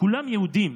כולם יהודים,